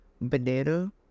banana